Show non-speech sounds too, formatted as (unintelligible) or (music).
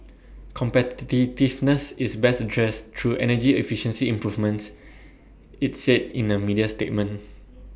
(unintelligible) is best addressed through energy efficiency improvements IT said in A media statement